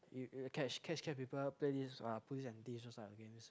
we will catch catch people play this police and theives these kind of things